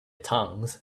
tongues